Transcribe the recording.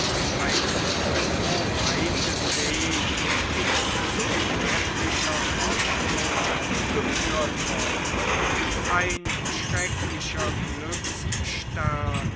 einen so weiten weg in so trefflicher ordnung geführt worden ein schrecklicher glücksstern